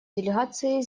делегации